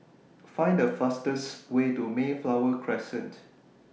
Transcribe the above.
Find The fastest Way to Mayflower Crescent